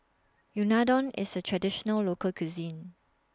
Unadon IS A Traditional Local Cuisine